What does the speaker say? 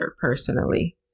personally